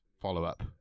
follow-up